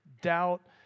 doubt